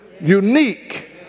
Unique